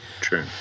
true